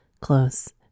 close